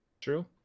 True